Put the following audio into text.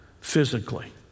physically